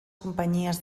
companyies